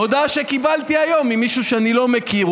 הודעה שקיבלתי היום ממישהו שאני לא מכיר,